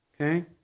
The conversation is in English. Okay